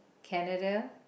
Canada